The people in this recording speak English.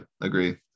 agree